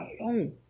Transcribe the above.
alone